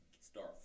Start